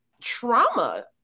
trauma